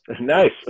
Nice